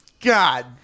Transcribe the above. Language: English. God